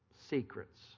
secrets